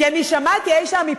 כי אני שמעתי פעם מאי-שם,